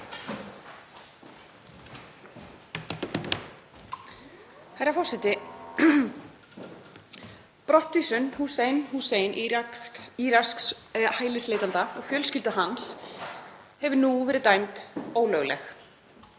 Herra forseti. Brottvísun Husseins Husseins hælisleitanda og fjölskyldu hans hefur nú verið dæmd ólögleg.